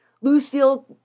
Lucille